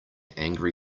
angry